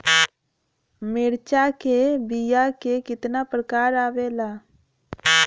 मिर्चा के बीया क कितना प्रकार आवेला?